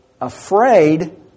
afraid